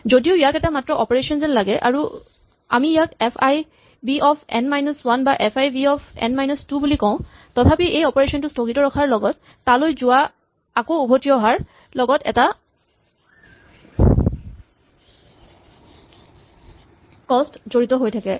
যদিও ইয়াক এটা মাত্ৰ অপাৰেচন যেন লাগে আৰু আমি ইয়াক F I B of N minus one বা F I B of N minus two বুলি কওঁ তথাপি এই অপাৰেচন টো স্হগিত ৰখাৰ লগত তালৈ যোৱা আকৌ উভতি অহাৰ ৰ লগত এটা কস্ত জড়িত হৈ থাকে